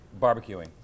barbecuing